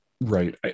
Right